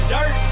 Dirt